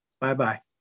Bye-bye